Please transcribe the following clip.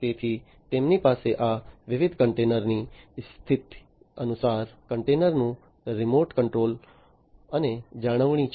તેથી તેમની પાસે આ વિવિધ કન્ટેનરની સ્થિતિ અનુસાર કન્ટેનરનું રિમોટ કંટ્રોલ અને જાળવણી છે